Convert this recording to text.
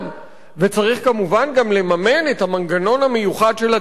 וצריך כמובן גם לממן את המנגנון המיוחד של התאגידים,